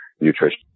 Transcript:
nutrition